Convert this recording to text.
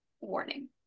warning